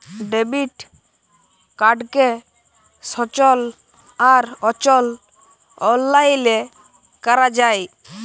debit কাড়কে সচল আর অচল অললাইলে ক্যরা যায়